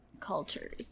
cultures